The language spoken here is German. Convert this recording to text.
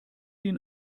ihn